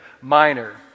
Minor